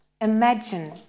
imagine